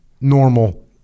normal